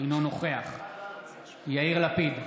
אינו נוכח יאיר לפיד,